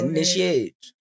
Initiate